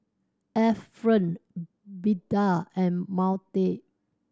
Efren Beda and Maude